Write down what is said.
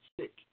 sick